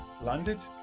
Landed